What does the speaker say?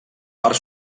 part